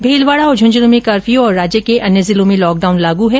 भीलवाड़ा और झन्झनूं में कर्फ्यू और राज्य के अन्य जिलों में लॉकडाउन लागू है